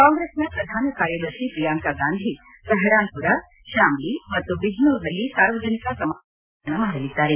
ಕಾಂಗ್ರೆಸ್ನ ಪ್ರಧಾನ ಕಾರ್ಯದರ್ಶಿ ಪ್ರಿಯಾಂಕಾ ಗಾಂಧಿ ಸಹರಾನ್ಮರ ಶಾಮ್ಲಿ ಮತ್ತು ಬಿಜ್ನೋರ್ನಲ್ಲಿ ಸಾರ್ವಜನಿಕ ಸಮಾವೇಶ ಉದ್ದೇಶಿಸಿ ಭಾಷಣ ಮಾಡಲಿದ್ದಾರೆ